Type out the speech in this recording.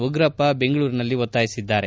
ಉಗ್ರಪ್ಪ ಬೆಂಗಳೂರಿನಲ್ಲಿಂದು ಒತ್ತಾಯಿಸಿದ್ದಾರೆ